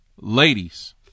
ladies